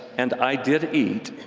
and i did eat,